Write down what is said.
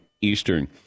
Eastern